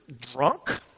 drunk